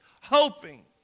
hoping